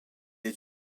est